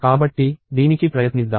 కాబట్టి దీనికి ప్రయత్నిద్దాం